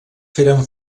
feren